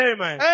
Amen